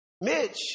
Mitch